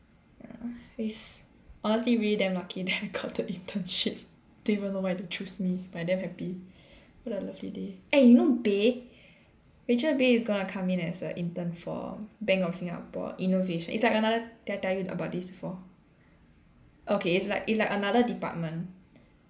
uh is honestly really damn lucky that I got the internship don't even know why they choose me but I damn happy what a lovely day eh you know Beh Rachel Beh is gonna come in as a intern for bank of Singapore innovation it's like another did I tell you about this before okay it's like it's like another department